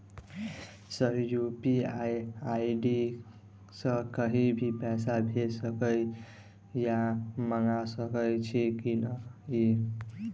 Sir UPI ID सँ कहि भी पैसा भेजि सकै या मंगा सकै छी की न ई?